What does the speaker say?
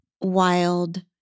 wild